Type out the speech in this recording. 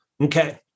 Okay